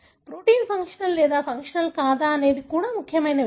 protein functional లేదా functional కాదా అనేది కూడా ముఖ్యమైన విషయం